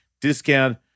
Discount